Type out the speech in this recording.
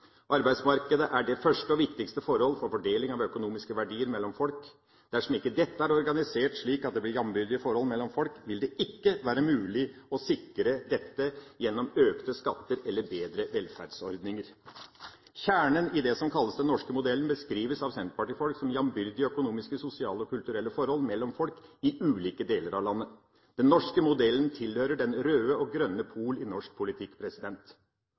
Arbeidsmarkedet er det første og viktigste forhold for fordeling av økonomiske verdier mellom folk. Dersom ikke dette er organisert slik at det blir jambyrdige forhold mellom folk, vil det ikke være mulig å sikre dette gjennom økte skatter eller bedre velferdsordninger. Kjernen i det som kalles den norske modellen, beskrives av senterpartifolk som jambyrdige økonomiske, sosiale og kulturelle forhold mellom folk i ulike deler av landet. Den norske modellen tilhører den røde og grønne pol i norsk politikk.